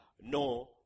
no